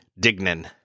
Dignan